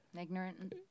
ignorant